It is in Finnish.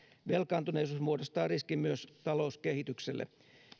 velkaantuneisuus muodostaa riskin myös talouskehitykselle